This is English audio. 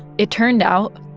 it turned out.